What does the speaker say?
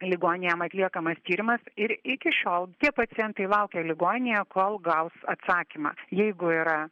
ligoninėj jam atliekamas tyrimas ir iki šiol tie pacientai laukia ligoninėje kol gaus atsakymą jeigu yra